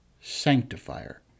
Sanctifier